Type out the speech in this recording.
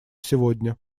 сегодня